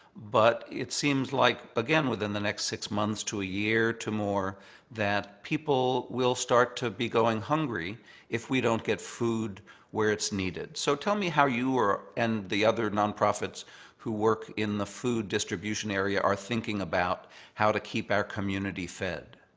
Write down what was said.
but it seems like, again, within the next six months to a year to more that people will start to be going hungry if we don't get food where it's needed. so tell me how you and the other nonprofits who work in the food distribution area are thinking about how to keep our community fed.